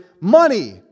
money